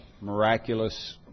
miraculous